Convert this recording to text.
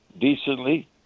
decently